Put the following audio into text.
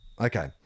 Okay